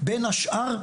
בין השאר,